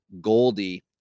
goldie